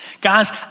Guys